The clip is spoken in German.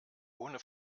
ohne